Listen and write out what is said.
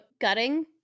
gutting